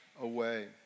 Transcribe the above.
away